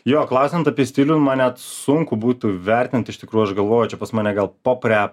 jo klausiant apie stilių man net sunku būtų vertint iš tikrųjų aš galvoju čia pas mane gal pop rep